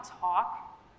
talk